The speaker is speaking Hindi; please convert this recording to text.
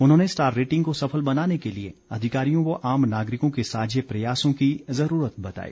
उन्होंने स्टार रेटिंग को सफल बनाने के लिए अधिकारियों व आम नागरिकों के साझे प्रयासों की ज़रूरत बताई